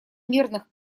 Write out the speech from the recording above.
мирных